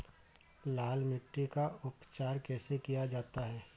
लाल मिट्टी का उपचार कैसे किया जाता है?